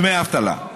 דמי אבטלה,